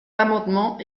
l’amendement